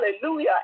Hallelujah